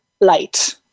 light